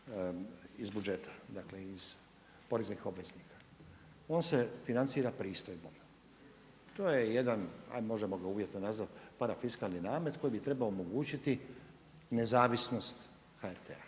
iz budžeta, dakle iz poreznih obveznika. On se financira pristojbama. To je jedan, hajde možemo ga uvjetno nazvati parafiskalni namet koji bi trebao omogućiti nezavisnost HRT-a.